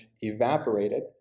evaporated